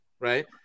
right